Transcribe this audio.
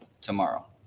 tomorrow